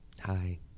Hi